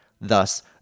Thus